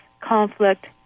conflict